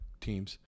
teams